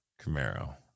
Camaro